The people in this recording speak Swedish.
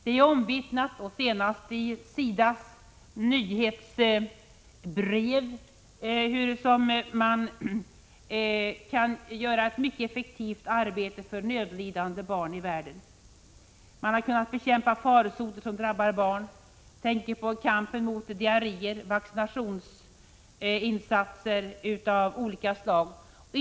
Det är ju omvittnat, senast i SIDA:s nyhetsbrev, hur man kan utföra ett mycket effektivt arbete för nödlidande barn i världen. Man har kunnat bekämpa farsoter som drabbar barn. Jag tänker på kampen mot diarréer och på vaccinationsinsatser av olika slag.